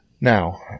Now